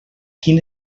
quin